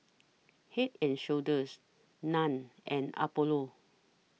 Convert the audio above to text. Head and Shoulders NAN and Apollo